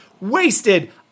wasted